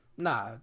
Nah